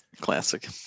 Classic